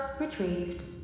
retrieved